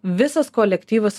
visas kolektyvas